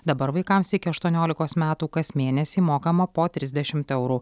dabar vaikams iki aštuoniolikos metų kas mėnesį mokama po trisdešimt eurų